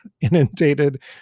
inundated